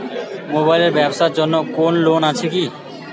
Mobile এর ব্যাবসার জন্য কোন লোন আছে কি?